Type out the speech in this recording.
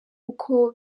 uko